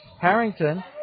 Harrington